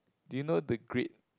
do you know the great